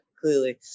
clearly